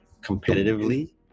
competitively